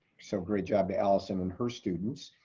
so great job to alison and her students.